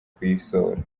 kuyisohora